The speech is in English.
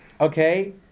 okay